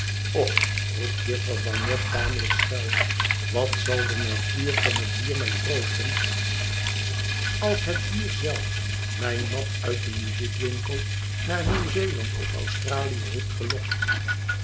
och roept jufvrouw bagnet tamelijk schel wat zal de natuur van het dier mij troosten als het dier zelf mij n mat uit den muziekwinkel naar nieuwzeeland of australië heeft geloktl